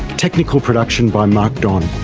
technical production by mark don,